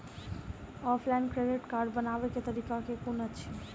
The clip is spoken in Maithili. ऑफलाइन क्रेडिट कार्ड बनाबै केँ तरीका केँ कुन अछि?